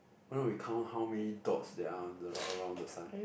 why not we count how many dots there are arou~ around the sun